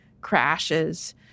crashes